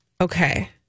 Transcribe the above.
Okay